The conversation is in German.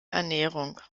ernährung